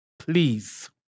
Please